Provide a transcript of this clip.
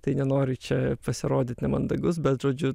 tai nenoriu čia pasirodyt nemandagus bet žodžiu